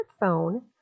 smartphone